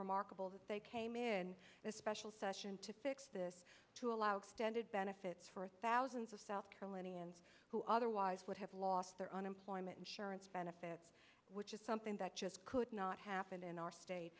remarkable that they came in a special session to fix this to allow standard benefits for thousands of south carolinians who otherwise would have lost their unemployment insurance benefits which is something that just could not happen in our state